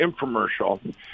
infomercial